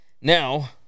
Now